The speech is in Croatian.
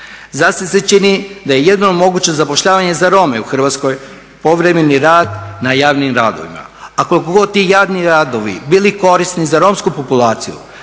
Za sad se čini da je jedino moguće zapošljavanje za Rome u Hrvatskoj povremeni rad na javnim radovima, a koliko god ti javni radovi bili korisni za romsku populaciju